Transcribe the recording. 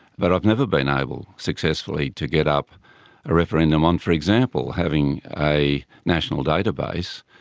but i've never been able successfully to get up a referendum on, for example, having a national database,